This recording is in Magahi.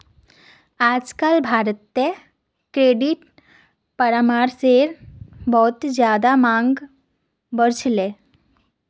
आजकल भारत्त क्रेडिट परामर्शेर बहुत ज्यादा मांग बढ़ील छे